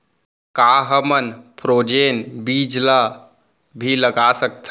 का हमन फ्रोजेन बीज ला भी लगा सकथन?